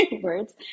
words